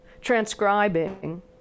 transcribing